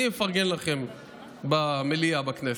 אני אפרגן לכם במליאה, בכנסת,